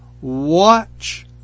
Watch